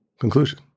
conclusion